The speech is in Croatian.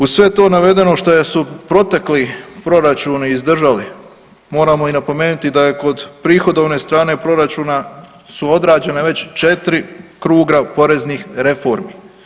Uz sve to navedeno što su protekli proračuni izdržali, moramo i napomenuti da je kod prihodovne strane Proračuna su određene već 4 kruga poreznih reformi.